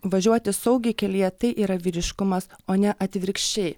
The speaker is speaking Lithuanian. važiuoti saugiai kelyje tai yra vyriškumas o ne atvirkščiai